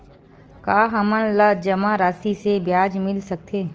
का हमन ला जमा राशि से ब्याज मिल सकथे?